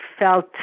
felt